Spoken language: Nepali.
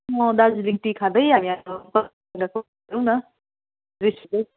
अँ दार्जिलिङ टी खाँदै हामी आएको